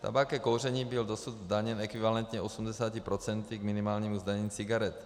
Tabák ke kouření byl dosud zdaněn ekvivalentně 80 % k minimálnímu zdanění cigaret.